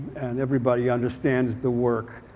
and everybody understands the work.